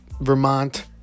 Vermont